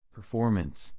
Performance